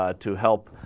ah to help